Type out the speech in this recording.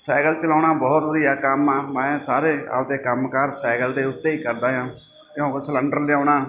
cycle ਚਲਾਉਣਾ ਬਹੁਤ ਵਧੀਆ ਕੰਮ ਆ ਮੈਂ ਸਾਰੇ ਆਪਦੇ ਕੰਮਕਾਰ ਸਾਈਕਲ ਦੇ ਉੱਤੇ ਹੀ ਕਰਦਾ ਆ ਕਿਉਂ ਸਿਲੰਡਰ ਲਿਆਉਣਾ